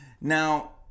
Now